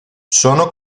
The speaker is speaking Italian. sono